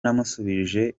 namusubije